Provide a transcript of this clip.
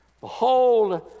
Behold